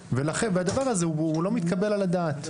והדבר הזה הוא לא מתקבל על הדעת.